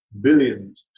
billions